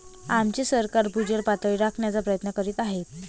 आमचे सरकार भूजल पातळी राखण्याचा प्रयत्न करीत आहे